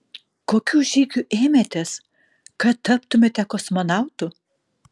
kokių žygių ėmėtės kad taptumėte kosmonautu